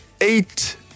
eight